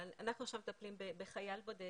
אבל אנחנו עכשיו מטפלים בחייל בודד